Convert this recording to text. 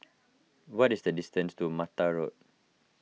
what is the distance to Mattar Road